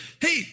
hey